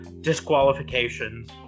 disqualifications